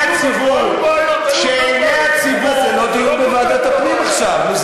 זה לא דיון בוועדת הפנים עכשיו.